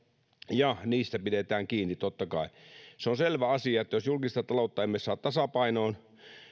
ja niistä pidetään kiinni totta kai se on selvä asia että jos julkista taloutta emme saa tasapainoon